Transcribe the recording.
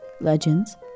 legends